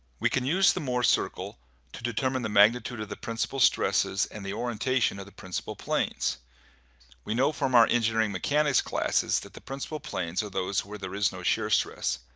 we can use the mohr circle to determine the magnitude of the principle stress and the orientation of the principle planes we know from our engineering mechanics classes that the principle planes are those where there is no shear stress.